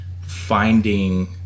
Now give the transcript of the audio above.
finding